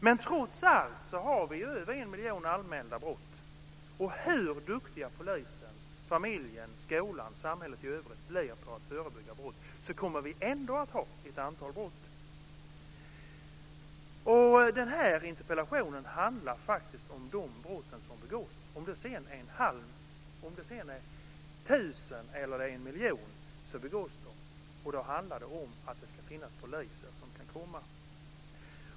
Men trots allt har vi över en miljon anmälda brott, och hur duktiga polisen, familjen, skolan och samhället i övrigt än blir på att förebygga brott kommer vi ändå att ha ett antal brott. Interpellationen handlar faktiskt om de brott som begås. Oavsett om det begås tusen eller en miljon brott är det brott som begås, och då ska det finnas poliser som kan komma.